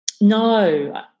No